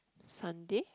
Sunday